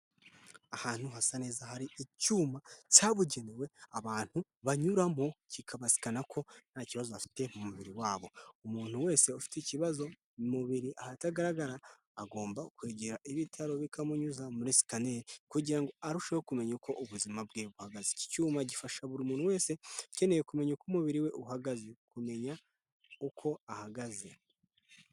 Ahantu hasa neza hari icyuma cyabugenewe abantu banyuramo kikabasikana ko nta kibazo bafite mu mubiri wabo, umuntu wese ufite ikibazo mu mubiri ahatagaragara agomba kwegera ibitaro bikamunyuza muri sikaneri kugira ngo arusheho kumenya uko ubuzima bwe buhagaze, iki cyuma gifasha buri muntu wese ukeneye kumenya uko umubiri we uhagaze, kumenya uko ahagaze.